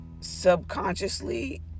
subconsciously